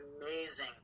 amazing